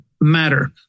matter